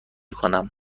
کنم